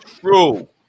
true